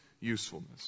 usefulness